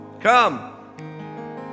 Come